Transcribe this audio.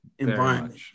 environment